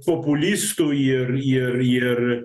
populistų ir ir ir